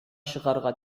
чыгарга